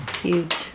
Huge